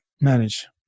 manage